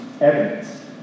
evidence